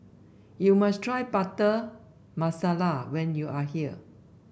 you must try Butter Masala when you are here